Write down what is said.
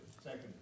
second